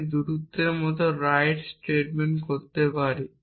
আমি দূরত্বের মতো রাইট স্টেটমেন্ট করতে পারি